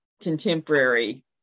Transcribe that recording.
contemporary